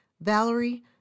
Valerie